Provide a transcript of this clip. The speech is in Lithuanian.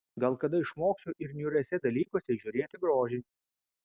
gal kada išmoksiu ir niūriuose dalykuose įžiūrėti grožį